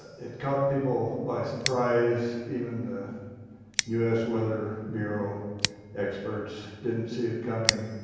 it caught people by surprise. even the us weather bureau experts didn't see it coming.